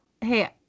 hey